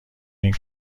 این